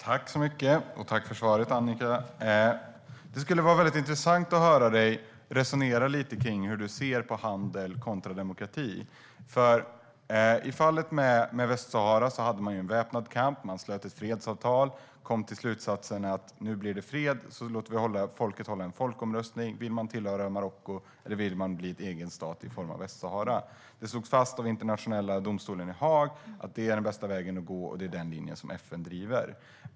Herr talman! Tack för svaret, Annika! Det skulle vara intressant att höra dig resonera lite kring hur du ser på handel kontra demokrati. I fallet Västsahara hade man en väpnad kamp. Man slöt ett fredsavtal och kom till slutsatsen att nu blir det fred och då låter vi folket ha en folkomröstning om de vill tillhöra Marocko eller att Marocko ska bli en egen stat i form av Västsahara. Det slogs fast av Internationella domstolen i Haag att det är den bästa vägen att gå, och det är den linje som FN driver.